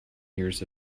years